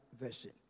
Version